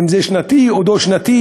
אם זה שנתי או דו-שנתי,